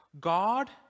God